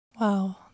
wow